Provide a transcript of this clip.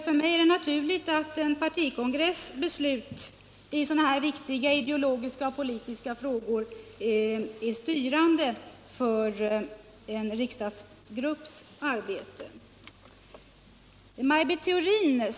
För mig är det naturligt att en partikongress beslut i sådana här viktiga ideologiska frågor är styrande för en riksdagsgrupps arbete.